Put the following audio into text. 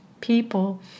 people